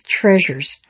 treasures